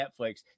Netflix